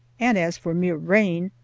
and as for mere rain,